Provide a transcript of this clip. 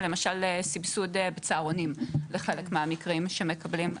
סבסוד צהרונים בחלק המקרים שמקבלים.